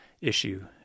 issue